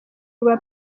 rwa